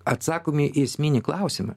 atsakom į esminį klausimą